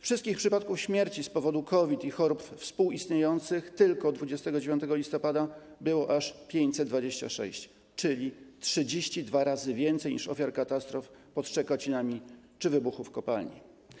Wszystkich przypadków śmierci z powodu COVID i chorób współistniejących tylko 29 listopada było aż 526, czyli 32 razy więcej niż ofiar katastrofy pod Szczekocinami czy wybuchu w kopalni.